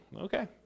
Okay